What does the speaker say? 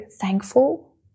thankful